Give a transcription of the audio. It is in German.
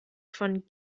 von